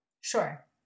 sure